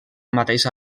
mateixa